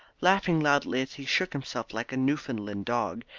laughing loudly he shook himself like a newfoundland dog,